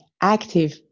active